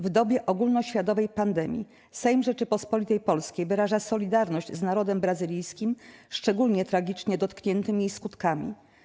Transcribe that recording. W dobie ogólnoświatowej pandemii Sejm Rzeczypospolitej Polskiej wyraża solidarność z narodem brazylijskim, szczególnie tragicznie dotkniętym jej skutkami.